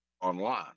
online